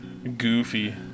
Goofy